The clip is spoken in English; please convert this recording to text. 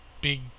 big